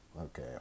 Okay